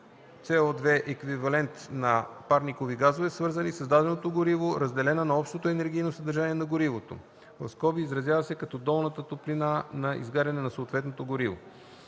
маса на CO2-еквивалент на парникови газове, свързани с даденото гориво, разделена на общото енергийно съдържание на горивото (изразява се като долната топлина на изгаряне на съответното гориво).